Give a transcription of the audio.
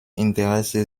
interesse